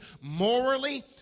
morally